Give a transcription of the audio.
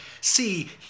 See